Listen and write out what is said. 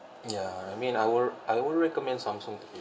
ya I mean I will I will recommend samsung to people